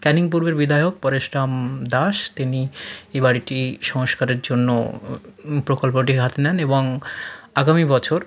ক্যানিং পূর্বের বিধায়ক পরেশ রাম দাস তিনি এই বাড়িটি সংস্কারের জন্য প্রকল্পটি হাতে নেন এবং আগামী বছর